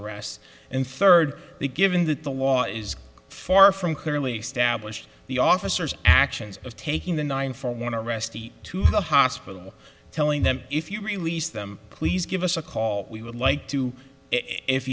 arrests and third the given that the law is far from clearly established the officers actions of taking the nine for want to rest to the hospital telling them if you release them please give us a call we would like to if